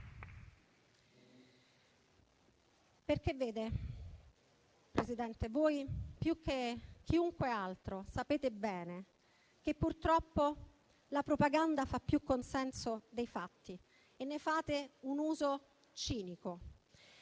fare. Vede, Presidente, voi, più di chiunque altro, sapete bene che purtroppo la propaganda fa più consenso dei fatti e ne fate un uso cinico,